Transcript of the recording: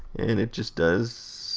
and it just does,